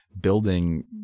building